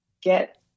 get